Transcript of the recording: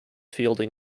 fielding